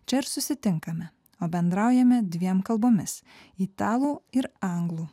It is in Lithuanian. čia ir susitinkame o pabendraujame dviem kalbomis italų ir anglų